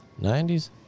90s